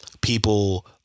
people